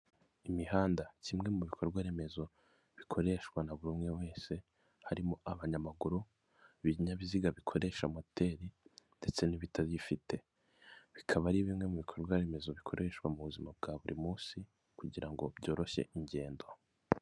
Imihanda kimwe mu bikorwaremezo bikoreshwa na buri umwe wese harimo abanyamaguru, ibinyabiziga bikoresha moteri ndetse n'ibitazifite, bikaba ari bimwe mu bikorwaremezo bikoreshwa mu buzima bwa buri munsi kugira ngo byoroshye ingendo.